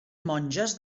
monges